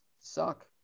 suck